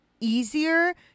easier